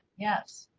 yes.